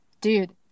dude